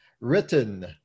written